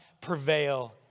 prevail